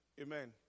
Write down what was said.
Amen